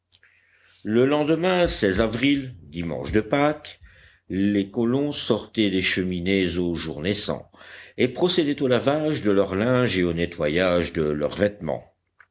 le lendemain avril dimanche de pâques les colons sortaient des cheminées au jour naissant et procédaient au lavage de leur linge et au nettoyage de leurs vêtements